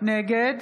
נגד